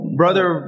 brother